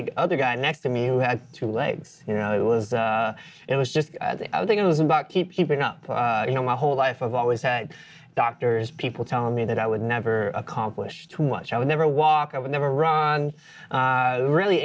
the other guy next to me who had two legs you know it was it was just think it was about keeping up you know my whole life i've always had doctors people tell me that i would never accomplish too much i would never walk i would never run on really